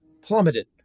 plummeted